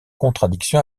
contradiction